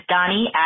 Donnie